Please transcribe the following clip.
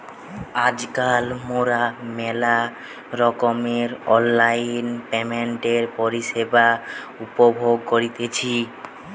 আজকাল মোরা মেলা রকমের অনলাইন পেমেন্টের পরিষেবা উপভোগ করতেছি